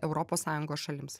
europos sąjungos šalims